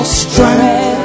strength